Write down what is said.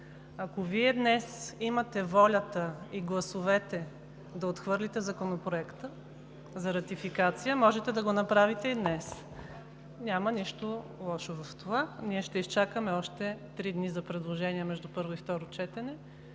Ако Вие имате волята и гласовете да отхвърлите Законопроекта за ратификация, може да го направите и днес. Няма нищо лошо в това. Ние ще изчакаме още три дни за предложения между първо и второ четене.